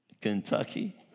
Kentucky